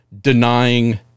denying